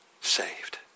Saved